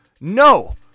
No